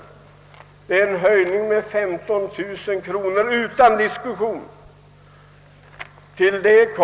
Det betyder en höjning med 15000 kronor utan diskussion.